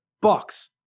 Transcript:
bucks